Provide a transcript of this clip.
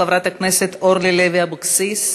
חברת הכנסת אורלי לוי אבקסיס.